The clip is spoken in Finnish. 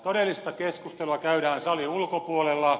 todellista keskustelua käydään salin ulkopuolella